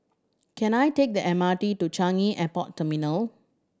can I take the M R T to Changi Airport Terminal